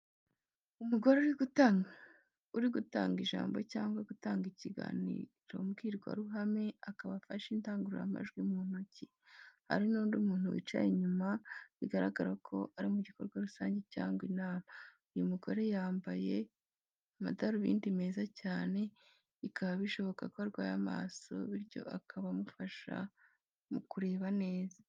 Umugore uri gutanga ijambo cyangwa gutanga ikiganirombwirwa ruhame, akaba afashe indangururamajwi mu ntoki. Hari n’undi muntu wicaye inyuma, bigaragaza ko ari mu gikorwa rusange cyangwa inama. Uyu mugore yambaye amadarubindi meza cyane bikaba bishoboka ko arwaye amaso, bityo akaba amufasha mu kureba neza.